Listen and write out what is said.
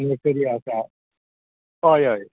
ये सगलें आसा हय हय